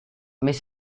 mais